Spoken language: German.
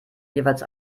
jeweils